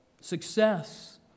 success